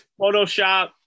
Photoshop